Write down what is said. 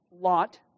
lot